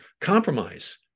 compromise